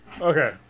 Okay